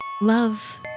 Love